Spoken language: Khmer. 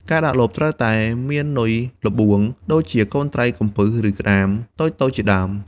ការដាក់លបត្រូវតែមាននុយល្បួង ដូចជាកូនត្រីកំពិសឬក្ដាមតូចៗជាដើម។